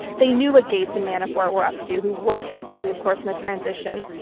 they knew what gates and manafort were up to, who worked actively, of course, in the transition,